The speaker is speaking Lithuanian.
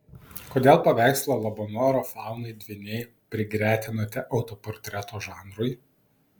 kodėl paveikslą labanoro faunai dvyniai prigretinote autoportreto žanrui